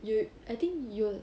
you I think you